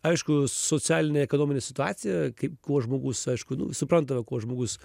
aišku socialinė ekonominė situacija kaip kuo žmogus aišku suprantama kuo žmogus